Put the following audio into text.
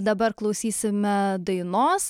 dabar klausysime dainos